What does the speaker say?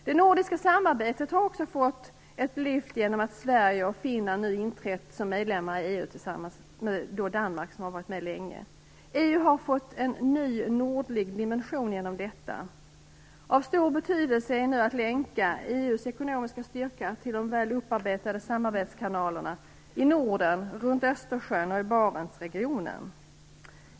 Det nordiska samarbetet har också fått ett lyft genom att Sverige och Finland inträtt som medlemmar av EU. Danmark har varit med länge. EU har fått en ny nordlig dimension genom detta. Av stor betydelse är nu att länka EU:s ekonomiska styrka till de väl upparbetade samarbetskanalerna i Norden, runt Östersjön och i Barentsregionen.